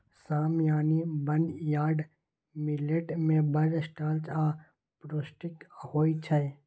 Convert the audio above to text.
साम यानी barnyard millet मे बड़ स्टार्च आ पौष्टिक होइ छै